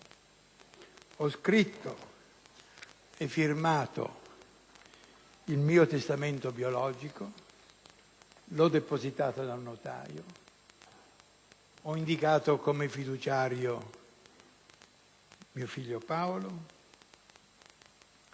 Ho scritto e firmato il mio testamento biologico, l'ho depositato da un notaio, ho indicato come fiduciario mio figlio Paolo,